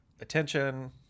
attention